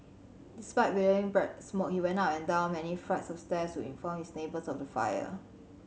despite billowing black smoke he went up and down many flights of stairs to inform his neighbours of the fire